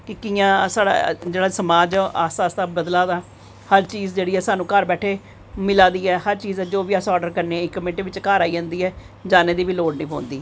की कियां जेह्ड़ा साढ़ा समाज ऐ ओह् आस्तै आस्तै बदला दा हर चीज़ जेह्ड़ी ऐ सानूं घर बैठे दे हर चीज़ जो बी अस ऑर्डर करने मिंट बिच घर आई जंदी ऐ जाने दी बी लोड़ निं पौंदी